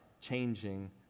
changing